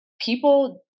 people